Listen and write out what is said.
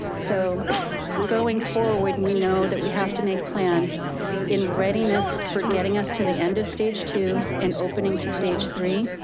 so going forward, we know that we have to make plans in readiness for getting us to the end of stage two and opening to stage three,